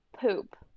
poop